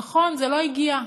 נכון, זה לא הגיע,